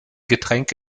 getränk